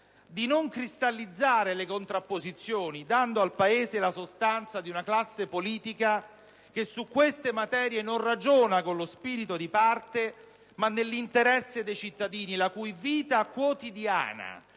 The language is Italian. di non cristallizzare le contrapposizioni, dando al Paese la sostanza di una classe politica che su queste materie non ragiona con spirito di parte, ma nell'interesse dei cittadini, la cui vita quotidiana